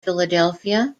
philadelphia